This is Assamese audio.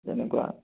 তেনেকুৱা